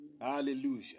Hallelujah